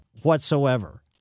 whatsoever